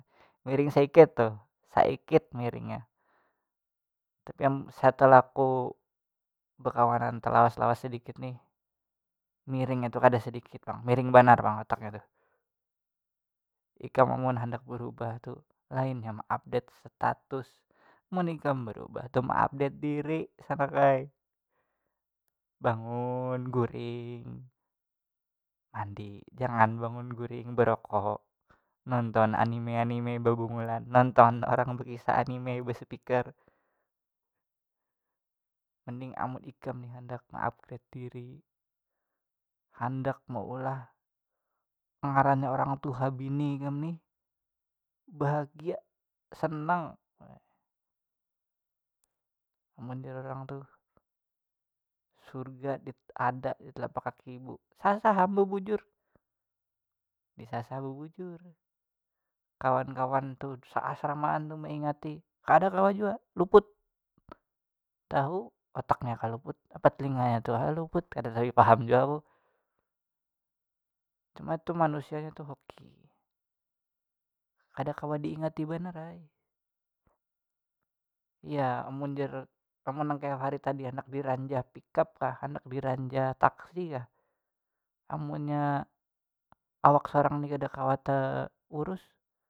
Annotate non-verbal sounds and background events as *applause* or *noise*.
Miring saikit tuh saikit miringnya tapi am setelahku bekawanan telawas lawas sadikit nih miringnya tuh kada sadikit pang miring banar pang otaknya tuh ikam amun handak barubah tu lainnya maupdate status mun ikam barubah tu meupdate diri sanak ai, bangun guring mandi jangan bangun guring barokok nonton anime anime bebungulan nonton orang bekisah anime besapeaker, mending amun ikam handak meupgrade diri handak maulah nang ngarannya orang tuha bini kam ni bahagia senang mun jar orang tuh surga di- ada di telapak kaki ibu sasah am babujur disasah bebujur kawan kawan tu seasramaan tu meingati kada kawa jua, luput, tahu otaknya kah luput apa talinganya tu ha luput kada tapi paham jua aku, cuma tu manusianya tu hoki kada kawa diingati banar ai, ya amun jar kaya *unintelligible* tadi handak diranjah pick up kah handak diranjah taksi kah amunnya awak sorang ni kada kawa te- urus.